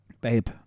babe